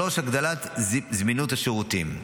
הגדלת זמינות השירותים.